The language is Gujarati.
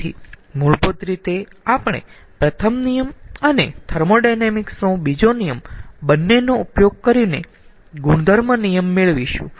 તેથી મૂળભૂત રીતે આપણે પ્રથમ નિયમ અને થર્મોોડાયનેમિક્સ નો બીજો નિયમ બંનેનો ઉપયોગ કરીને ગુણધર્મ નિયમ મેળવીશું